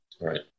Right